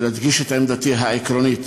אני רוצה להדגיש את עמדתי העקרונית,